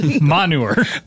Manure